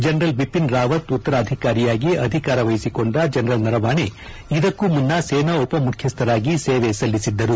general Bipin Rawat ಉತ್ತರಾಧಿಕಾರಿಯಾಗಿ ಅಧಿಕಾರ ವಹಿಸಿಕೊಂಡ ಜನರಲ್ ನರವಾಣೆ ಇದಕ್ಕೂ ಮುನ್ನ ಸೇನಾ ಉಪಮುಖ್ಯಸ್ವರಾಗಿ ಸೇವೆ ಸಲ್ಲಿಸಿದ್ದರು